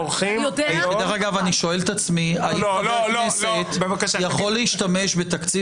אני שואל את עצמי האם חבר כנסת יכול להשתמש בתקציב